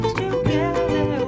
together